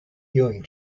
healing